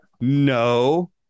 no